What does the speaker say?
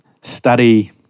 study